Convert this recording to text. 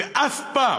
ואף פעם